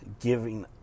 giving